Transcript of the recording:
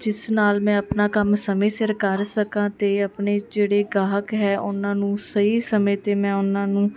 ਜਿਸ ਨਾਲ ਮੈਂ ਆਪਣਾ ਕੰਮ ਸਮੇਂ ਸਿਰ ਕਰ ਸਕਾਂ ਅਤੇ ਆਪਣੇ ਜਿਹੜੇ ਗਾਹਕ ਹੈ ਉਨ੍ਹਾਂ ਨੂੰ ਸਹੀ ਸਮੇਂ 'ਤੇ ਮੈਂ ਉਨ੍ਹਾਂ ਨੂੰ